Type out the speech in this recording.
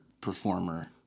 performer